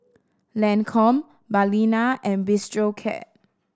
Lancome Balina and Bistro Cat